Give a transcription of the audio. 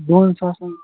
دۄن ساسَن